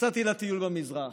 יצאתי לטיול במזרח.